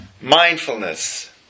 mindfulness